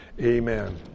amen